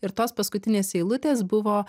ir tos paskutinės eilutės buvo